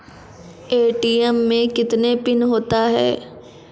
ATM मे कितने PIN होता हैं?